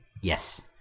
Yes